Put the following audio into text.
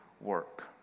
work